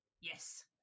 Yes